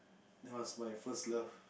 it was my first love